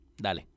Dale